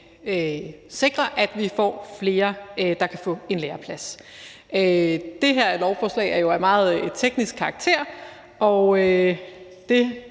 sikre, at vi får flere, der kan få en læreplads. Det her lovforslag er jo af meget teknisk karakter, og det